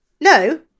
No